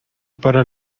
para